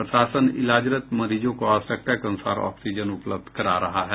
प्रशासन इलाजरत मरीजों को आवश्यकता के अनुसार ऑक्सीजन उपलब्ध करा रहा है